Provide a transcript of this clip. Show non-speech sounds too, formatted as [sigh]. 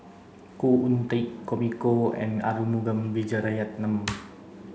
Khoo Oon Teik Tommy Koh and Arumugam Vijiaratnam [noise]